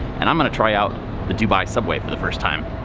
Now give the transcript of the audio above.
and i'm gonna try out the dubai subway for the first time.